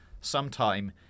sometime